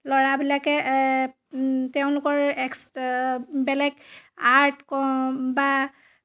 ল'ৰাবিলাকে তেওঁলোকৰ এক্স বেলেগ আৰ্ট বা